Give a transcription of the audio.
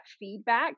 feedback